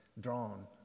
drawn